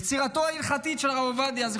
יצירתו ההלכתית של הרב עובדיה יוסף,